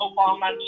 Obama